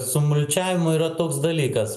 su mulčiavimu yra toks dalykas